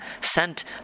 sent